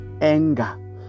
anger